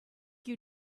you